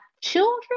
children